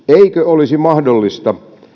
eikö olisi mahdollista